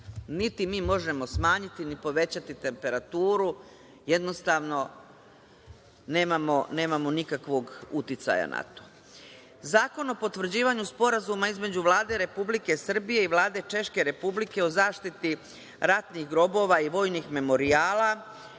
niti mi možemo smanjiti, niti povećati temperaturu. Jednostavno nemamo nikakvog uticaja na to. Zakon o potvrđivanju Sporazuma između Vlade Republike Srbije i Vlade Češke Republike o zaštiti ratnih grobova i vojnih memorijala.